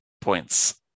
points